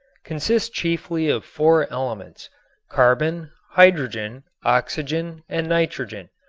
consist chiefly of four elements carbon, hydrogen, oxygen and nitrogen.